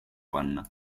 panna